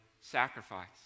sacrifice